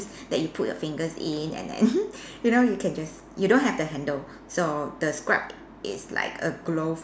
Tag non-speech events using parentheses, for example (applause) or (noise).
that you put your fingers in and then (laughs) you know you can just you don't have the handle so the scrub is like a glove